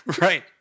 Right